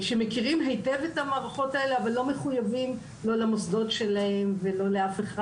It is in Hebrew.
אבל לא אדבר על זה עכשיו.